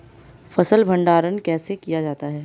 फ़सल भंडारण कैसे किया जाता है?